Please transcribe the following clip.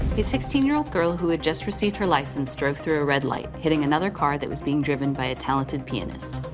sixteen year old girl who had just received her license drove through a red light hitting another car that was being driven by a talented pianist.